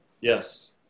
Yes